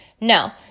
No